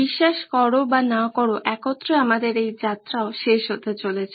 বিশ্বাস করো বা না করো একত্রে আমাদের এই যাত্রাও শেষ হতে চলেছে